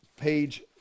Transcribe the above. page